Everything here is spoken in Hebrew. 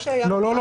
לא.